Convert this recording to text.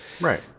Right